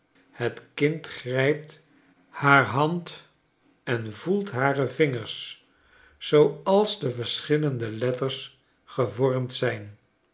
het kind grijpt haar hand en voelt hare vingers zooals de verschillende letters gevormd zijn